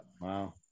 Wow